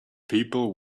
people